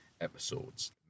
episodes